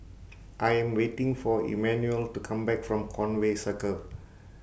I Am waiting For Emanuel to Come Back from Conway Circle